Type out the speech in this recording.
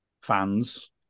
fans